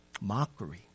mockery